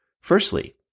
Firstly